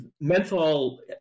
menthol